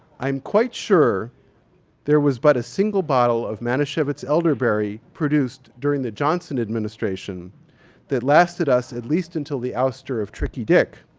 i'm quite sure there was but a single bottle of manischewitz elderberry produced during the johnson administration that lasted us at least until the ouster of tricky dick.